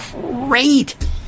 great